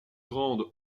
grande